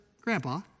Grandpa